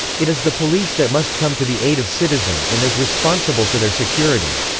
it is the police that must come to the aid of citizens and is responsible for their security.